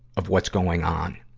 of what's going on,